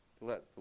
Let